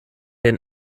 den